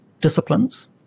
disciplines